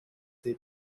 they